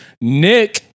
Nick